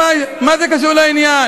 המנכ"ל, מה זה קשור לעניין?